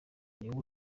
niwe